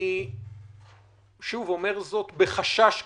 אני שוב אומר זאת בחשש כבד.